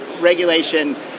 regulation